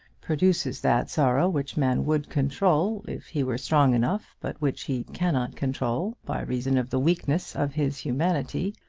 produces that sorrow which man would control if he were strong enough, but which he cannot control by reason of the weakness of his humanity.